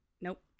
nope